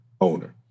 owner